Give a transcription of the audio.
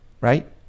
right